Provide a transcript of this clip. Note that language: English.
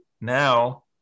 now